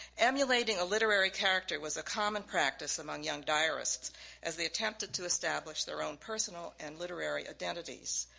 emulating a literary character was a common practice among young diarists as they attempted to establish their own personal and literary identities.